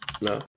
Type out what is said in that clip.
No